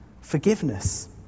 forgiveness